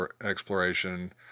exploration